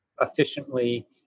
efficiently